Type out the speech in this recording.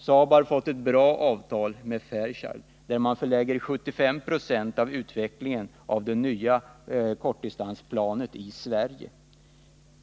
Saab har fått ett bra avtal med Fairchild, genom vilket man förlägger 75 26 av utvecklingen av det nya kortdistansplanet till Sverige.